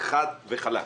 חד וחלק.